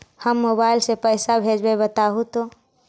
हम मोबाईल से पईसा भेजबई बताहु तो?